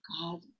God